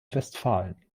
westfalen